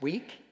week